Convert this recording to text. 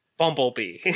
bumblebee